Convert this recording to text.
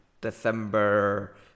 december